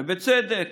ובצדק.